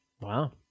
Wow